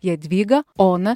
jadvygą oną